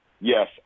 Yes